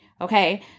Okay